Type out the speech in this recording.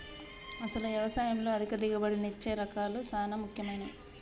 అసలు యవసాయంలో అధిక దిగుబడినిచ్చే రకాలు సాన ముఖ్యమైనవి